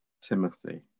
Timothy